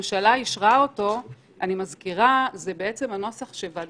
במתכונת המצומצמת ולרוץ אחר כך להקים צוות שרים.